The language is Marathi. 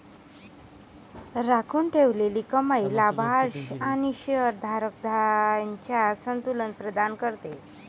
राखून ठेवलेली कमाई लाभांश आणि शेअर धारक यांच्यात संतुलन प्रदान करते